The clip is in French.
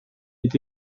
est